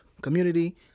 community